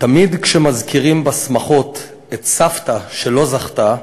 "תמיד שמזכירים בשמחות את סבתא שלא זכתה,